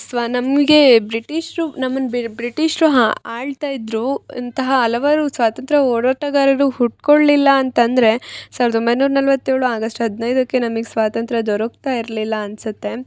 ಸ್ವ ನಮಗೆ ಬ್ರಿಟಿಷರು ನಮ್ಮನ್ನು ಬಿರ್ ಬ್ರಿಟಿಷರು ಹಾಂ ಆಳ್ತಯಿದ್ರು ಅಂತಹ ಹಲವಾರು ಸ್ವಾತಂತ್ರ್ಯ ಹೋರಾಟಗಾರರು ಹುಟ್ಕೊಳ್ಲಿಲ್ಲ ಅಂತಂದರೆ ಸಾವಿರದ ಒಂಬೈನೂರ ನಲ್ವತ್ತೇಳು ಆಗಸ್ಟ್ ಹದಿನೈದಕ್ಕೆ ನಮಗ್ ಸ್ವಾತಂತ್ರ್ಯ ದೊರಕ್ತ ಇರಲಿಲ್ಲ ಅನ್ಸತ್ತೆ